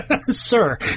sir